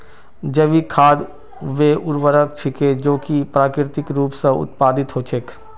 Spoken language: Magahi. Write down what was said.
जैविक खाद वे उर्वरक छेक जो कि प्राकृतिक रूप स उत्पादित हछेक